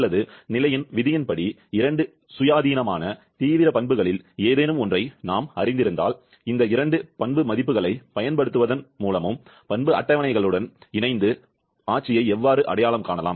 அல்லது நிலையின் விதியின் படி இரண்டு சுயாதீனமான தீவிர பண்புகளில் ஏதேனும் ஒன்றை நாம் அறிந்திருந்தால் இந்த இரண்டு பண்பு மதிப்புகளைப் பயன்படுத்துவதன் மூலமும் பண்பு அட்டவணைகளுடன் இணைந்து ஆட்சியை எவ்வாறு அடையாளம் காணலாம்